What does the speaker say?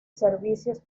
servicios